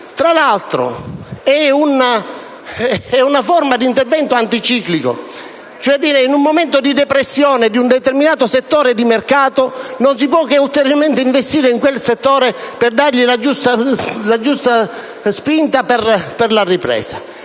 Tra l'altro, è una forma di intervento anticiclico: in un momento di depressione di un determinato settore di mercato non si può che investire ulteriormente in quel settore per dargli la giusta spinta per la ripresa.